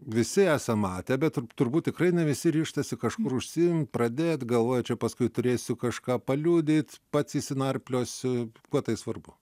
visi esam matę bet turbūt tikrai ne visi ryžtasi kažkur užsiimt pradėt galvoja čia paskui turėsiu kažką paliudyt pats išsinarpliosiu kuo tai svarbu